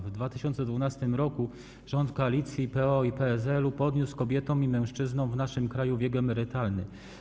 W 2012 r. rząd koalicji PO i PSL podniósł kobietom i mężczyznom w naszym kraju wiek emerytalny.